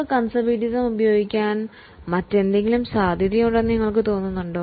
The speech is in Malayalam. കോൺസെർവിറ്റിസം ഉപയോഗിക്കുന്ന മറ്റെന്തെങ്കിലും നിങ്ങൾക്ക് ചിന്തിക്കാനാകുമോ